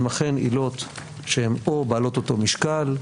הם אכן עילות שהן או בעלות אותו משקל,